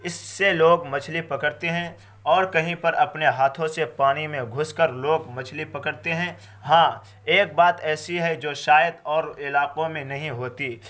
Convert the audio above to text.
اس سے لوگ مچھلی پکڑتے ہیں اور کہیں پر اپنے ہاتھوں سے پانی میں گھس کر لوگ مچھلی پکڑتے ہیں ہاں ایک بات ایسی ہے جو شاید اور علاقوں میں نہیں ہوتی